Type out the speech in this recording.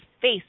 face